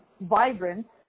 vibrant